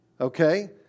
okay